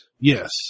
Yes